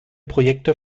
projekte